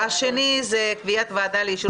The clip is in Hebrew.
הנושא השני הוא קביעת ועדה לאישור